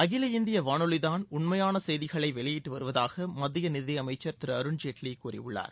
அகில இந்திய வானொலி தான் உண்மையான செய்திகளை வெளியிட்டு வருவதாக மத்திய நிதியமைச்சர் திரு அருண்ஜேட்லி கூறியுள்ளார்